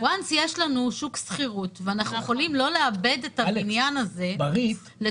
ברגע שיש לנו שוק שכירות ואנחנו יכולים לא לאבד את הבניין הזה לטובת